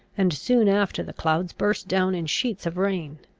and soon after the clouds burst down in sheets of rain.